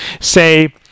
say